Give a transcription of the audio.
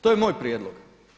To je moj prijedlog.